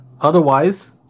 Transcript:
otherwise